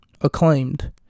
acclaimed